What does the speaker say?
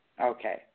Okay